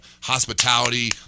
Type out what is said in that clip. hospitality